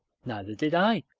neither did i.